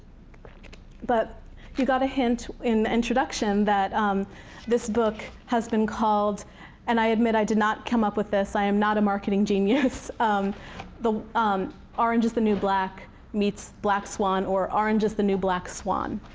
but you got a hint in the introduction that this book has been called and i admit, i did not come up with this. i am not a marketing genius um um orange is the new black meets black swan, or orange is the new black swan.